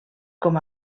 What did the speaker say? com